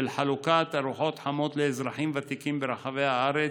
חלוקת ארוחות חמות לאזרחים ותיקים ברחבי הארץ,